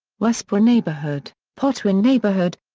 westboro neighborhood potwin neighborhood,